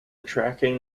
tracking